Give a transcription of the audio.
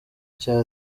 cya